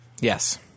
Yes